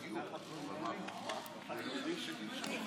אתה כאן הנציג,